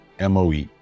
MOE